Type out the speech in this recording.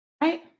Right